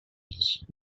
creation